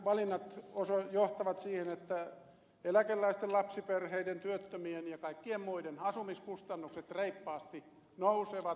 nämä valinnat johtavat siihen että eläkeläisten lapsiperheiden työttömien ja kaikkien muiden asumiskustannukset reippaasti nousevat